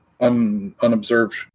unobserved